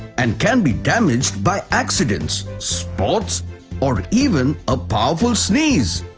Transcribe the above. and can be damaged by accidents, sports or even a powerful sneeze.